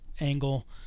angle